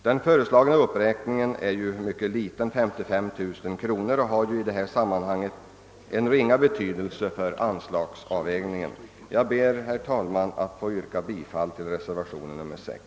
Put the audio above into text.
Den föreslagna uppräkningen är mycket liten — 55 000 kronor — och har ringa betydelse för anslagsberäkningen. Jag ber, herr talman, att få yrka bifall till reservation 6.